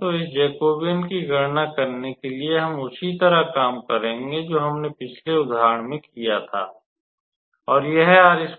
तो इस जैकोबियन की गणना करने के लिए हम उसी तरह काम करेंगे जो हमने पिछले उदाहरण में किया था और यह